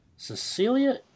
Cecilia